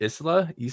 Isla